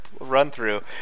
run-through